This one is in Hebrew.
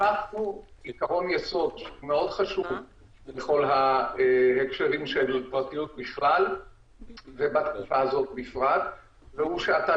עיקרון יסוד בכל ההקשרים של פרטיות בכלל ובתקופה הזאת בפרט הוא שאתה